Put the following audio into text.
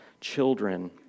children